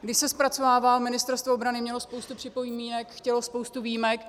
Když se zpracovával, Ministerstvo obrany mělo spoustu připomínek, chtělo spoustu výjimek.